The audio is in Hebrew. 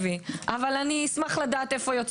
אז יעלה לו יותר שקיות כי משרד הבריאות